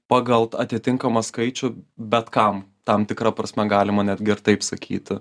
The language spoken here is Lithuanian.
pagal atitinkamą skaičių bet kam tam tikra prasme galima netgi taip ir sakyti